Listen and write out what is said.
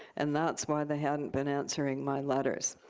and that's why they hadn't been answering my letters.